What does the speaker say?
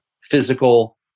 physical